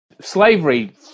Slavery